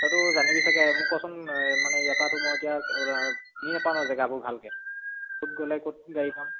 তইতো জানিবি ছাকে মোক ক'চোন মানে ইয়াৰপৰাতো মই এতিয়া চিনি নাপাওঁ ন জেগাবোৰ ভালকৈ ক'ত গ'লে ক'ত গাড়ী পাম